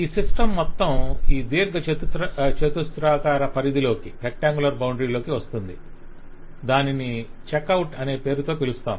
ఈ సిస్టమ్ మొత్తం ఈ దీర్ఘచతురస్రాకార పరిధిలోకి వస్తుంది దానిని చెక్ అవుట్ అనే పేరుతో పిలుస్తాం